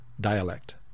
dialect